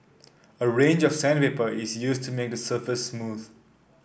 a range of sandpaper is used to make the surface smooth